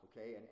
okay